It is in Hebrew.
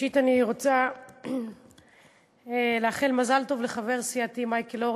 ראשית אני רוצה לאחל מזל טוב לחבר סיעתי מייקל אורן,